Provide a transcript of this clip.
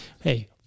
hey